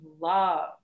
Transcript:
love